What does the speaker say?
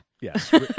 Yes